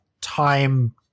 time